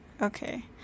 okay